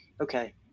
okay